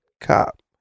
cop